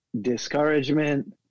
discouragement